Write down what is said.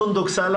סונדוס סאלח.